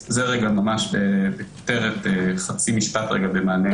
אז רגע ממש בחצי משפט במענה להערתו של חבר הכנסת רוטמן.